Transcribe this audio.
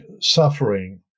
suffering